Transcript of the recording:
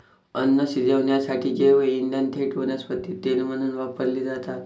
अन्न शिजवण्यासाठी जैवइंधने थेट वनस्पती तेल म्हणून वापरली जातात